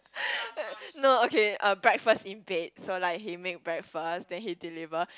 no okay uh breakfast in bed so like he make breakfast then he deliver